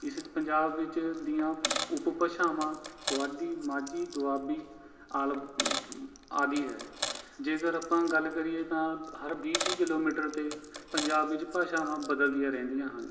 ਇਸ ਪੰਜਾਬ ਵਿੱਚ ਦੀਆਂ ਉਪਭਾਸ਼ਾਵਾਂ ਪੁਆਧੀ ਮਾਝੀ ਦੁਆਬੀ ਆਲਬ ਅ ਅ ਆਦਿ ਹੈ ਜੇਕਰ ਆਪਾਂ ਗੱਲ ਕਰੀਏ ਤਾਂ ਹਰ ਵੀਹ ਤੀਹ ਕਿਲੋਮੀਟਰ 'ਤੇ ਪੰਜਾਬ ਵਿੱੱਚ ਭਾਸ਼ਾਵਾਂ ਬਦਲਦੀਆਂ ਰਹਿੰਦੀਆਂ ਹਨ